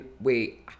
Wait